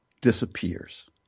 disappears